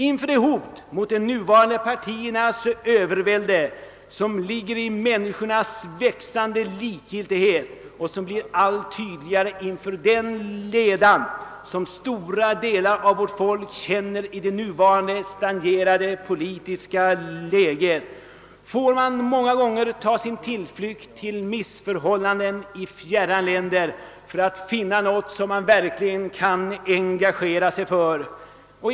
Inför det hot mot de nuvarande partiernas övervälde, som ligger i människornas växande likgiltighet och som blir allt tydligare inför den leda som stora delar av vårt folk känner i det nuvarande stagnerade politiska läget, får man många gånger ta sin tillflykt till missförhållanden i fjärran länder för att finna något som man verkligen kan engagera sig för.